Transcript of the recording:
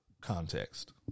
context